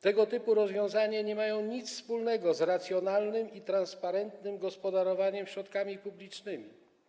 Tego typu rozwiązania nie mają nic wspólnego z racjonalnym i transparentnym gospodarowaniem środkami publicznymi.